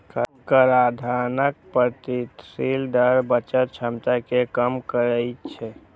कराधानक प्रगतिशील दर बचत क्षमता कें कम करै छै